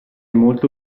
molto